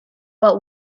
but